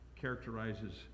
characterizes